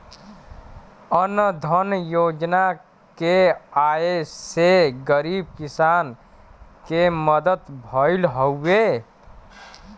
अन्न धन योजना के आये से गरीब किसान के मदद भयल हउवे